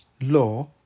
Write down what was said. law